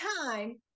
time